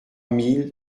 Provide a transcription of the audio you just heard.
mille